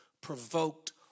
Provoked